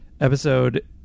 episode